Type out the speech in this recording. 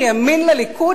מימין לליכוד?